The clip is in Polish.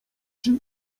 czy